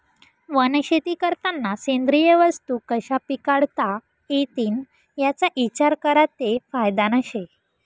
वनशेती करतांना सेंद्रिय वस्तू कशा पिकाडता इतीन याना इचार करा ते फायदानं शे